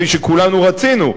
כפי שכולנו רצינו,